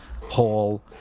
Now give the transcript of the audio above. hall